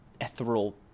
ethereal